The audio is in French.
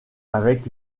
avec